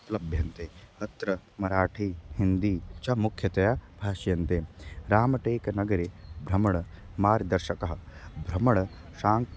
लभ्यन्ते अत्र मराठी हिन्दी च मुख्यतया भाष्यन्ते रामटेकनगरे भ्रमण मार्गदर्शकः भ्रमणशाङ्क्